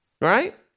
Right